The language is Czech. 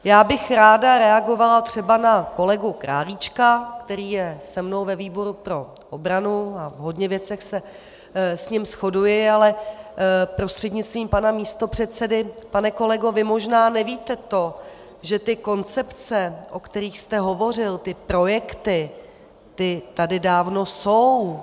Ráda bych reagovala třeba na kolegu Králíčka, který je se mnou ve výboru pro obranu a v hodně věcech se s ním shoduji, ale prostřednictvím pana místopředsedy pane kolego, vy možná nevíte to, že ty koncepce, o kterých jste hovořil, ty projekty, ty tady dávno jsou.